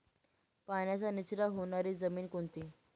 पाण्याचा निचरा होणारी जमीन कोणती?